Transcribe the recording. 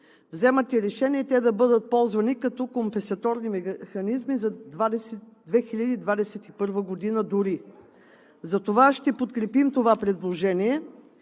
вземате решение те да бъдат ползвани като компесаторни механизми за 2021 г. дори. Затова ще подкрепим това предложение